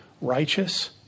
righteous